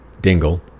Dingle